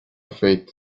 fate